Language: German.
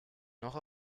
noch